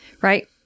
right